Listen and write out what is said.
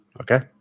Okay